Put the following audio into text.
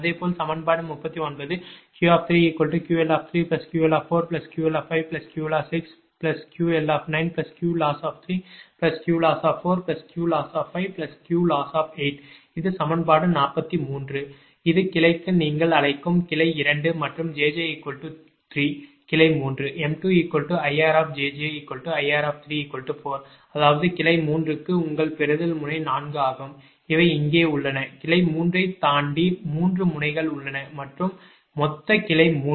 அதேபோல் சமன்பாடு 39 QQLQLQLQLQLQlossQlossQlossQloss இது சமன்பாடு 43 இது கிளைக்கு நீங்கள் அழைக்கும் கிளை 2 மற்றும் jj 3 கிளை 3 m2IRjjIR34 அதாவது கிளை 3 க்கு உங்கள் பெறுதல் முனை 4 ஆகும் இவை இங்கே உள்ளன கிளை 3 ஐத் தாண்டி 3 முனைகள் உள்ளன மற்றும் மொத்த கிளை 3